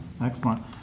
excellent